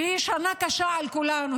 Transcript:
שהיא שנה קשה לכולנו,